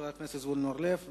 חבר הכנסת זבולון אורלב.